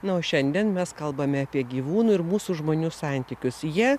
na o šiandien mes kalbame apie gyvūnų ir mūsų žmonių santykius jie